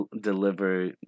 deliver